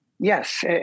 Yes